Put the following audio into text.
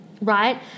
right